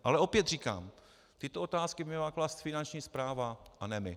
Ale opět říkám, tyto otázky by měla klást Finanční správa a ne my.